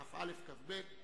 י"ט, כ', כ"א, כ"ב.